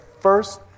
first